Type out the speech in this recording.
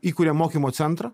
įkuriam mokymo centrą